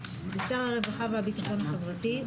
לשר הרווחה והביטחון החברתי,